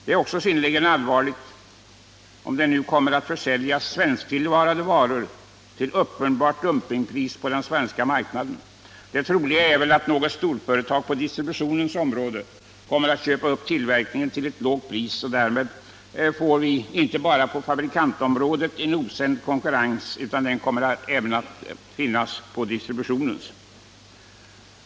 Det är också synnerligen allvarligt om det nu kommer att försäljas svensktillverkade varor till uppenbara dumpningpriser på den svenska marknaden. Det troliga är att något storföretag på distributionens område kommer att köpa upp tillverkningen till ett lågt pris, och därmed får vi en osund konkurrens både på fabrikantområdet och på distributionsområdet.